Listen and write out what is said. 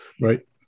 Right